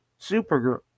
Supergirl